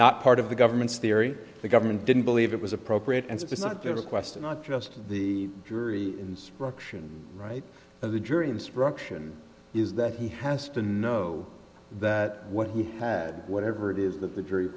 not part of the government's theory the government didn't believe it was appropriate and it was not their request and not just the jury instruction right now the jury instruction is that he has to know that what he had whatever it is that the jury